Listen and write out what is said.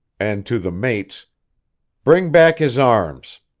and to the mates bring back his arms.